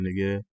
nigga